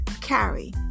carry